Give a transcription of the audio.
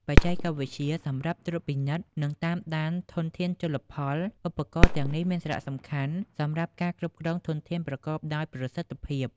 បច្ចេកវិទ្យាសម្រាប់ត្រួតពិនិត្យ និងតាមដានធនធានជលផល ឧបករណ៍ទាំងនេះមានសារៈសំខាន់សម្រាប់ការគ្រប់គ្រងធនធានប្រកបដោយប្រសិទ្ធភាព។